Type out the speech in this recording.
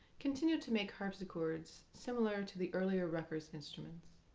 continued to make harpsichords similar to the earlier ruckers instruments.